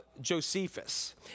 Josephus